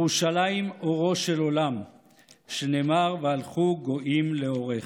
"ירושלים אורו של עולם שנאמר 'והלכו גוים לאורך'".